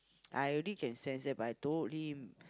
I already can sense that but I told him